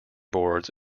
boards